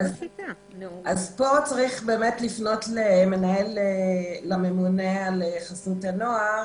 פה צריך לפנות לממונה על חסות הנוער.